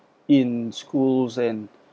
in schools and